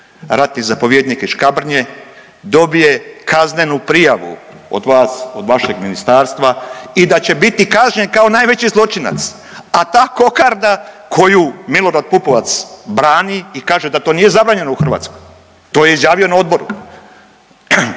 ratni zapovjednik iz Škabrnje dobije kaznenu prijavu od vas, od vašeg ministarstva i da će biti kažnjen kao najveći zločinac, a ta kokarda koju Milorad Pupovac brani i kaže da to nije zabranjeno u Hrvatskoj, to je izjavio na odboru,